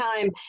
time